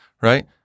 right